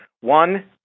one